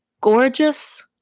gorgeous